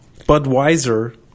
Budweiser